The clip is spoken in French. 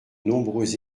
nombreux